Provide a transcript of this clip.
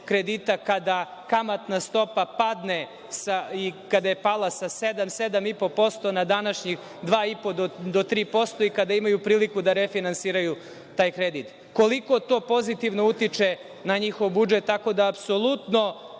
kredita kada kamatna stopa padne i kada je pala sa sedam, 7,5% na današnjih dva i po do 3% i kada imaju priliku da refinansiraju taj kredit. Koliko to pozitivno utiče na njihov budžet? Apsolutno